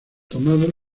tomado